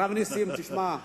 הרב נסים, תשמע,